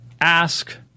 ask